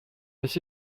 this